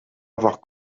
avoir